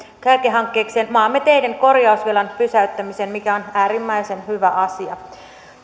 kärkihankkeeksi maamme teiden korjausvelan pysäyttämisen mikä on äärimmäisen hyvä asia